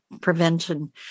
prevention